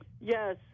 Yes